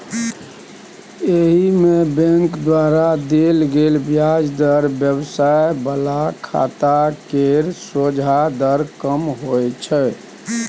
एहिमे बैंक द्वारा देल गेल ब्याज दर व्यवसाय बला खाता केर सोंझा दर कम होइ छै